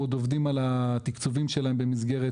אנחנו עוד עובדים על התיקצובים שלהם במסגרת